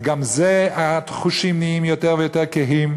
גם מזה החושים נהיים יותר ויותר קהים.